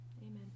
Amen